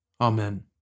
Amen